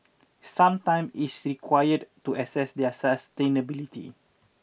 some time is required to assess their sustainability